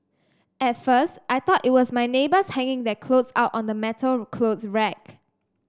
at first I thought it was my neighbours hanging their clothes out on the metal clothes rack